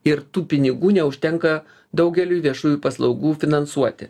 ir tų pinigų neužtenka daugeliui viešųjų paslaugų finansuoti